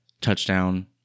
touchdown